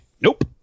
nope